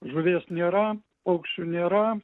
žuvies nėra paukščių nėra